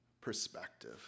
perspective